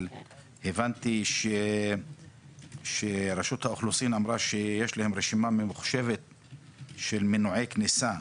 אבל הבנתי שרשות האוכלוסין אמרה שיש להם רשימה ממוחשבת של מנועי כניסה,